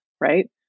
right